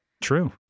True